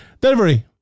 delivery